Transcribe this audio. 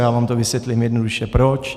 Já vám vysvětlím jednoduše proč.